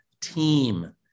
team